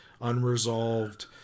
unresolved